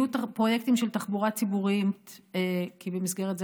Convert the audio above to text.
יהיו פרויקטים של תחבורה ציבורית במסגרת זה